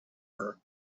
her